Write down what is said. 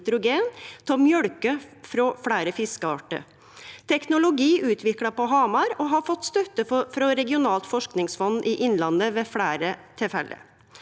av mjølke frå fleire fiskeartar. Teknologien er utvikla på Hamar og har fått støtte frå det regionale forskingsfondet i Innlandet ved fleire tilfelle.